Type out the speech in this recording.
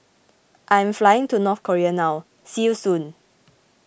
I am flying to North Korea now see you soon